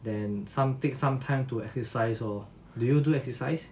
then some take some time to exercise lor do you do exercise